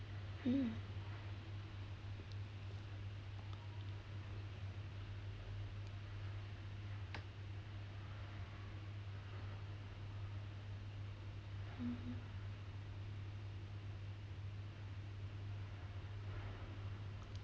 mm